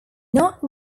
not